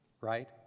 right